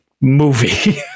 movie